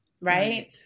Right